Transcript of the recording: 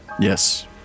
Yes